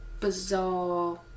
bizarre